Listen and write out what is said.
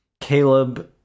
Caleb